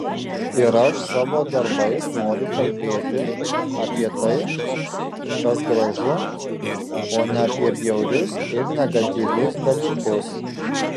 ir aš savo darbais noriu kalbėti apie tai kas gražu o ne apie bjaurius ir negatyvius dalykus